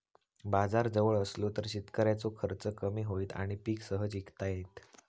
बाजार जवळ असलो तर शेतकऱ्याचो खर्च कमी होईत आणि पीक सहज इकता येईत